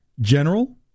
General